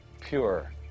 pure